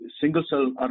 single-cell